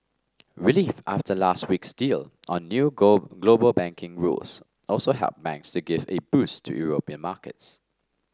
relief after last week's deal on new global banking rules also helped banks to give a boost to European markets